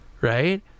right